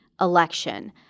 election